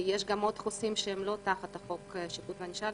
כי יש עוד חוסים שהם לא תחת חוק (שפיטה וענישה),